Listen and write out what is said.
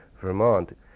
Vermont